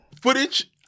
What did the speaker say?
footage